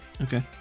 okay